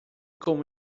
com